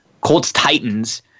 Colts-Titans